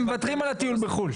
הם מוותרים על הטיול בחו"ל.